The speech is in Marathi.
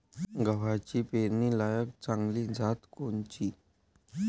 गव्हाची पेरनीलायक चांगली जात कोनची?